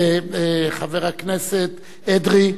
חבר הכנסת אדרי,